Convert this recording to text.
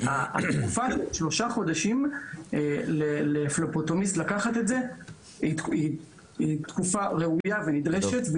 תקופה של שלושה חודשים עבור פלבוטומיסט היא תקופה ראויה ונדרשת,